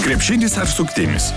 krepšinis ar suktinis